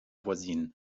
voisine